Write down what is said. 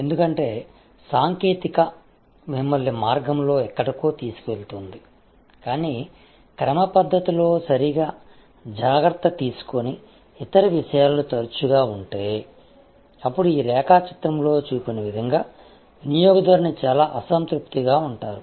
ఎందుకంటే సాంకేతికత మిమ్మల్ని మార్గంలో ఎక్కడికో తీసుకెళ్తుంది కానీ క్రమపద్ధతిలో సరిగ్గా జాగ్రత్త తీసుకోని ఇతర విషయాలు తరచుగా ఉంటే అప్పుడు ఈ రేఖాచిత్రంలో చూపిన విధంగా వినియోగదారుని చాలా అసంతృప్తిగా ఉంటారు